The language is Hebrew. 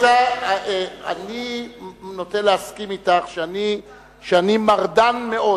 אני נוטה להסכים אתך שאני מרדן מאוד,